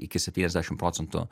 iki septyniasdešim procentų